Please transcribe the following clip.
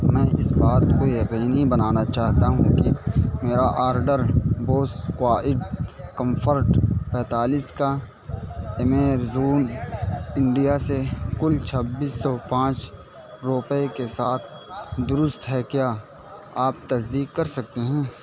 میں اس بات کو یقینی بنانا چاہتا ہوں کہ میرا آرڈر بوس کوائیٹ کمفرٹ پینتالیس کا ایمیزون انڈیا سے کل چھبیس سو پانچ روپئے کے ساتھ درست ہے کیا آپ تصدیق کر سکتے ہیں